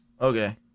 Okay